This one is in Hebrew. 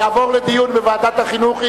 יעבור לדיון בוועדת החינוך.